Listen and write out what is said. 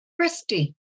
Christy